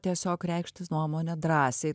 tiesiog reikšti nuomonę drąsiai